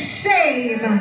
shame